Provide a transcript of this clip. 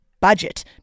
budget